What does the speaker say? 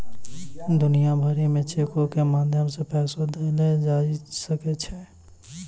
दुनिया भरि मे चेको के माध्यम से पैसा देलो जाय सकै छै